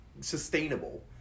sustainable